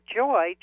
joy